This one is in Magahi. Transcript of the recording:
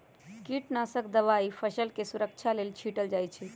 कीटनाशक दवाई फसलके सुरक्षा लेल छीटल जाइ छै